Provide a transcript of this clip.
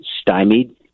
stymied